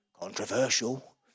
controversial